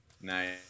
Nice